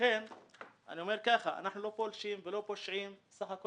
אנחנו לא פולשים ולא פושעים אלא בסך הכול